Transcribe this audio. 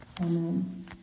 Amen